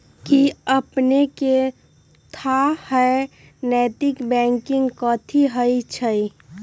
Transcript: कि अपनेकेँ थाह हय नैतिक बैंकिंग कथि होइ छइ?